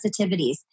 sensitivities